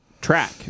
track